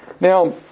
Now